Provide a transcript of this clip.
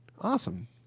Awesome